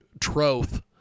troth